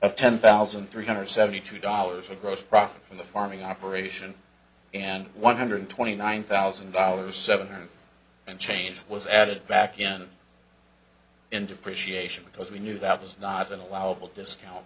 of ten thousand three hundred seventy two dollars of gross profit from the farming operation and one hundred twenty nine thousand dollars seven and change was added back again into appreciation because we knew that was not an allowable discount